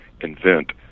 invent